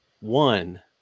one